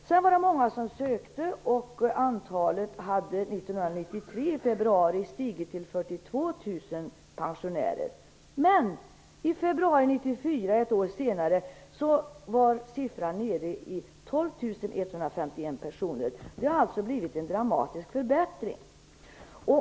Därefter var den många som sökte. pensionärer. Men i februari 1994, ett år senare, var siffran nere i 12 151 personer. Det har alltså blivit en dramatisk förbättring.